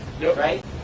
Right